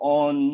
on